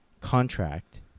contract